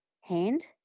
hand